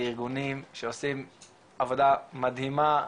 לארגונים שעושים עבודה מדהימה,